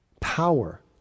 power